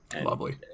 Lovely